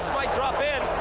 might drop in.